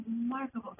remarkable